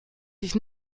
dich